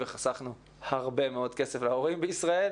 וחסכנו הרבה מאוד כסף להורים בישראל,